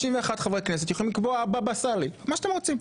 61 חברי כנסת יכולים לקבוע בבא סאלי מה שאתם רוצים.